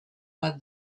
bat